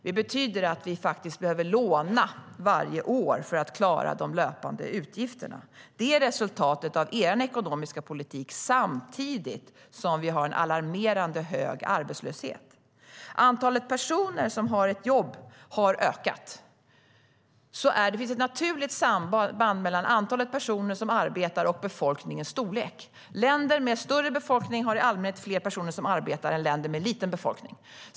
Det betyder att vi varje år behöver låna för att klara de löpande utgifterna. Det är resultatet av er ekonomiska politik samtidigt som vi har en alarmerande hög arbetslöshet. Antalet personer som har ett jobb har ökat. Det finns ett naturligt samband mellan antalet personer som arbetar och befolkningens storlek. Länder med större befolkning har i allmänhet fler personer som arbetar än länder med liten befolkning.